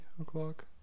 o'clock